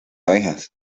abejas